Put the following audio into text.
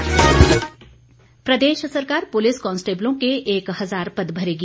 police प्रदेश सरकार police कांस्टेबलों के एक हजार पद भरेगी